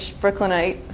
Brooklynite